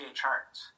charts